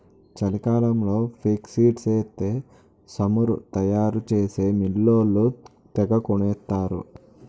చలికాలంలో ఫేక్సీడ్స్ ఎత్తే సమురు తయారు చేసే మిల్లోళ్ళు తెగకొనేత్తరు